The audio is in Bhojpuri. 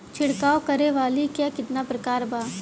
छिड़काव करे वाली क कितना प्रकार बा?